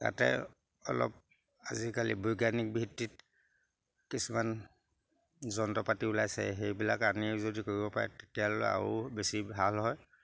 তাতে অলপ আজিকালি বৈজ্ঞানিক ভিত্তিত কিছুমান যন্ত্ৰ পাতি ওলাইছে সেইবিলাক আনিও যদি কৰিব পাৰে তেতিয়াহ'লে আৰু বেছি ভাল হয়